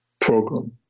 program